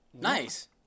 Nice